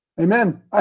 Amen